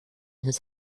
his